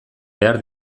behar